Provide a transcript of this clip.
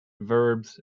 verbs